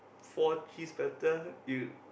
four cheese prata you